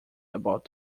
about